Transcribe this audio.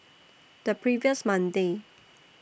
The previous Monday